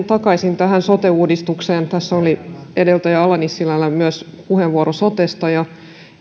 takaisin tähän sote uudistukseen tässä oli myös edeltäjä ala nissilällä puheenvuoro sotesta